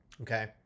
Okay